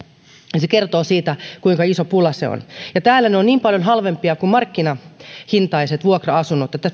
niin se kertoo siitä kuinka iso pula se on täällä ne ovat niin paljon halvempia kuin markkinahintaiset vuokra asunnot että